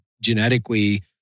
genetically